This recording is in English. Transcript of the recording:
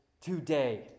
TODAY